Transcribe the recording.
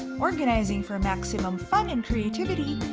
organizing for maximum fun and creativity,